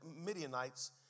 Midianites